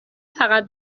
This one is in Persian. فقط